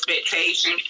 expectation